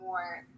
more